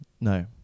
No